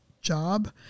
job